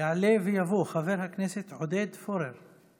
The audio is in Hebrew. יעלה ויבוא חבר הכנסת עודד פורר.